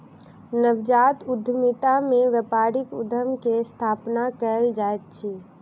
नवजात उद्यमिता में व्यापारिक उद्यम के स्थापना कयल जाइत अछि